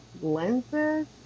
lenses